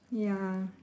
ya